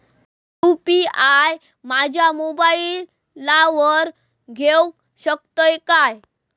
मी UPI माझ्या मोबाईलावर घेवक शकतय काय?